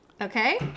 Okay